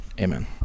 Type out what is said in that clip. Amen